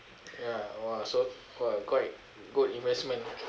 ya !wah! so !wah! quite good investment